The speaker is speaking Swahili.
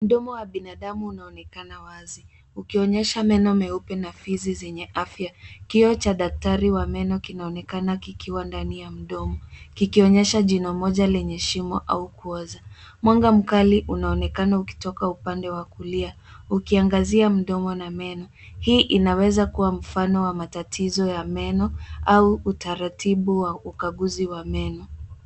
Mdomo wa binadamu unaonekana wazi, ukionyesha meno meupe na fizi zenye afya. Kioo cha daktari wa meno kionaonekana kikiwa ndani ya mdomo, kikionyesha jino moja lenye shimo au kuoza. Mwanga mkali unaonekana ukitoka upande wa kulia, ukiangazia mdomo na meno. Hii inaweza kuwa mfano wa matatizo ya meno au utaratibu wa ukaguzi wa meno.